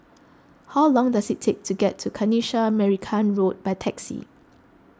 how long does it take to get to Kanisha Marican Road by taxi